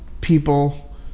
people